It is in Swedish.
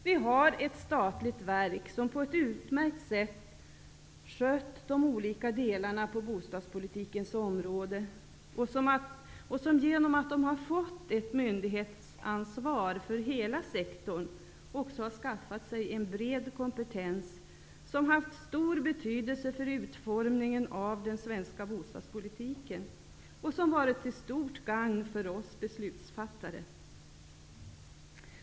Vi har ett statligt verk som på ett utmärkt sätt har skött de olika delarna på bostadspolitikens område och som genom att det har fått ett myndighetsansvar för hela sektorn också har skaffat sig en bred kompetens som har haft stor betydelse för utformningen av den svenska bostadspolitgiken och som har varit till stort gagn för oss beslutsfattare.